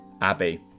Abby